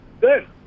Good